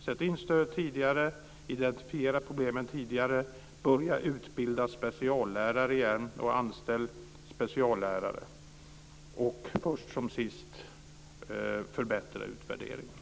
Sätt in stöd tidigare, identifiera problemen tidigare, börja utbilda och anställa speciallärare igen och, först som sist, förbättra utvärderingen!